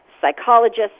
psychologists